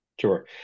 Sure